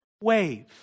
wave